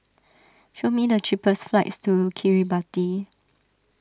show me the cheapest flights to Kiribati